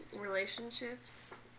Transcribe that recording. relationships